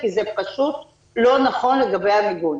כי זה פשוט לא נכון לגבי המיגון.